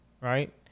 right